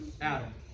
Adam